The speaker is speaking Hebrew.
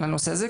לנושא הזה,